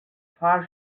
far